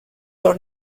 door